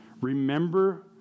Remember